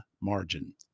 margin